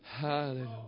Hallelujah